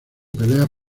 peleas